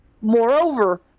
Moreover